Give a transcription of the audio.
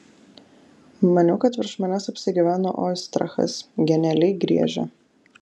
maniau kad virš manęs apsigyveno oistrachas genialiai griežia